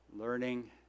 learning